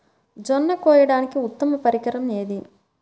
జొన్న కోయడానికి ఉత్తమ పరికరం ఏది?